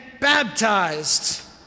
baptized